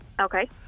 Okay